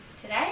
today